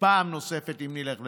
פעם נוספת אם נלך לבחירות,